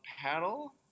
Paddle